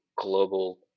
global